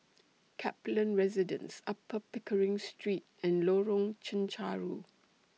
Kaplan Residence Upper Pickering Street and Lorong Chencharu